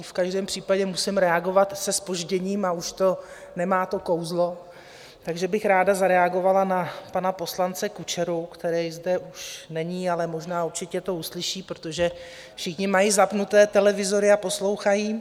V každém případě musím reagovat se zpožděním a už to nemá to kouzlo, takže bych ráda zareagovala na pana poslance Kučeru, který zde už není, ale možná určitě to uslyší, protože všichni mají zapnuté televizory a poslouchají.